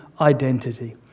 identity